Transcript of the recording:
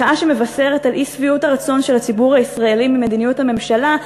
מחאה שמבשרת את אי-שביעות הרצון של הציבור הישראלי ממדיניות הממשלה,